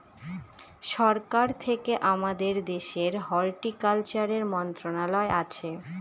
সরকার থেকে আমাদের দেশের হর্টিকালচারের মন্ত্রণালয় আছে